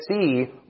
see